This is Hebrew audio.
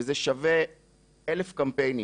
וזה שווה אלף קמפיינים.